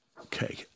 Okay